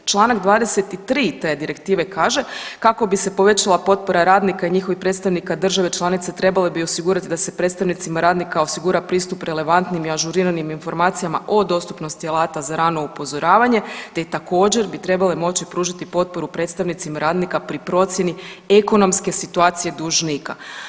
Članak 23. te direktive kaže kako bi se povećala potpora radnika i njihovih predstavnika države članice trebale bi osigurati da se predstavnicima radnika osigura pristup relevantnim i ažuriranim informacijama o dostupnostima alata za rano upozoravanje, te također bi trebale moći pružiti potporu predstavnicima radnika pri procjeni ekonomske situacije dužnika.